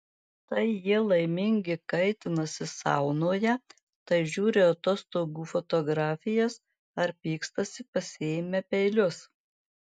tai jie laimingi kaitinasi saunoje tai žiūri atostogų fotografijas ar pykstasi pasiėmę peilius